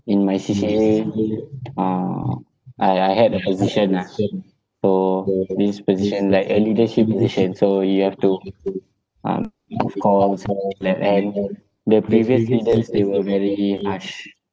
in my C_C_A uh I I had a position ah so this position like a leadership position so you have to uh calls the previous leaders they were very harsh